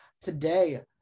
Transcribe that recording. today